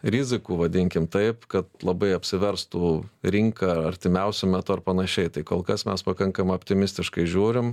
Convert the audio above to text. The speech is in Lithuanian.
rizikų vadinkim taip kad labai apsiverstų rinka artimiausiu metu ar panašiai tai kol kas mes pakankamai optimistiškai žiūrim